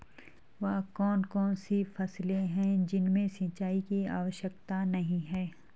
वह कौन कौन सी फसलें हैं जिनमें सिंचाई की आवश्यकता नहीं है?